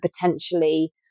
potentially